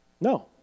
No